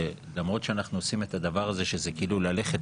שלמרות שאנחנו עושים את הדבר הזה של כאילו ללכת